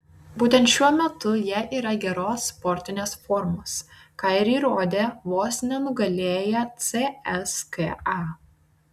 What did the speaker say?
būtent šiuo metu jie yra geros sportinės formos ką ir įrodė vos nenugalėję cska